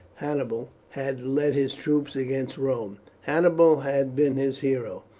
hannibal had led his troops against rome. hannibal had been his hero.